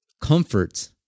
comfort